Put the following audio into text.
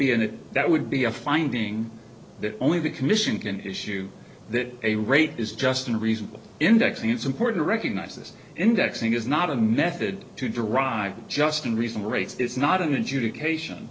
be and that would be a finding that only the commission can issue that a rate is just in reasonable index and it's important to recognize this indexing is not a method to derive just in recent rates this is not an adjudication